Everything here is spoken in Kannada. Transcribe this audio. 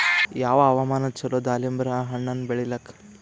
ಯಾವ ಹವಾಮಾನ ಚಲೋ ದಾಲಿಂಬರ ಹಣ್ಣನ್ನ ಬೆಳಿಲಿಕ?